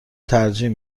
ترجیح